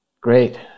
Great